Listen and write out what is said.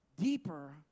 deeper